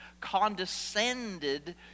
condescended